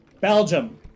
belgium